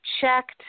checked